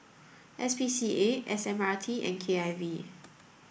S P C A S M R T and K I V